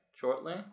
shortly